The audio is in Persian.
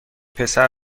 پسر